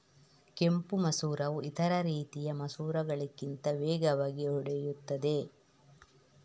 ಕೆಂಪು ಮಸೂರವು ಇತರ ರೀತಿಯ ಮಸೂರಗಳಿಗಿಂತ ವೇಗವಾಗಿ ಒಡೆಯುತ್ತದೆ